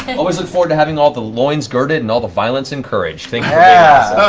and always look forward to having all the loins girded and all the violence encouraged. thank yeah